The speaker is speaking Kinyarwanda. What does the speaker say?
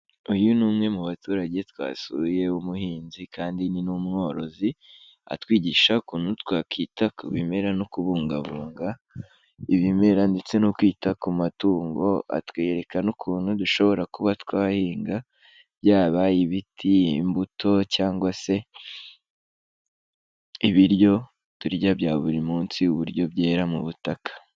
Uyu ni umwe mu baturage twasuye w'umuhinzi kandi ni n'umworozi, atwigisha ukuntu twakwita ku bimera no kubungabunga ibimera ndetse no kwita ku matungo, atwereka n'ukuntu dushobora kuba twahinga byaba ibiti, imbuto cyangwa se ibiryo turya bya buri munsi ubueyo byera mu butaka.